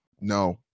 no